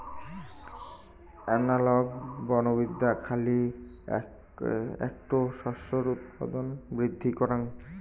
analogue বনবিদ্যা খালি এ্যাকটো শস্যের উৎপাদন বৃদ্ধি করাং